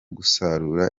gusarura